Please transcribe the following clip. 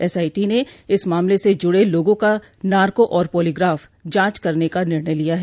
SIT ने इस मामले से जुड़े लोगों का नारको और पोलीग्राफ जांच करने का निर्णय लिया है